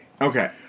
Okay